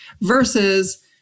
Versus